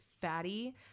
Fatty